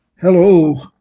Hello